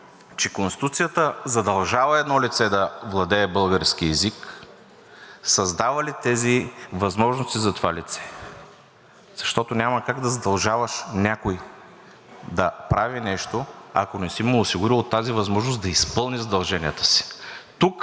че Конституцията задължава едно лице да владее български език, създава ли тези възможности за това лице? Защото няма как да задължаваш някой да прави нещо, ако не си му осигурил тази възможност да изпълни задълженията си. Тук